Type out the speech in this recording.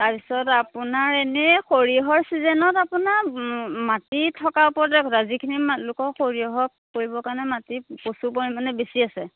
তাৰ পিছত আপোনাৰ ইনেই সৰিয়হৰ ছিজনত আপোনাৰ মাটি থকাৰ ওপৰতহে কথা যিখিনি লোকৰ সৰিয়হৰ কৰিবৰ কাৰণে মাটি প্ৰচুৰ পৰিমাণে বেছি আছে